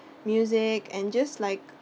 music and just like